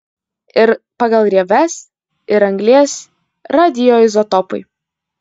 ir pagal rieves ir anglies radioizotopai